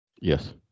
Yes